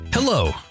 Hello